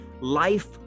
life